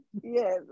Yes